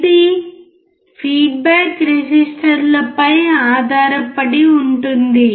ఇది ఫీడ్బ్యాక్ రెసిస్టర్ల పై ఆధారపడి ఉంటుంది